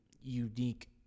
unique